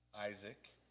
Isaac